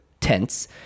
tense